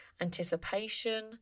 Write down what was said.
anticipation